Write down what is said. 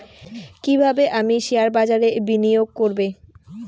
কিভাবে আমি শেয়ারবাজারে বিনিয়োগ করবে?